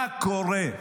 מה קורה?